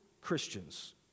Christians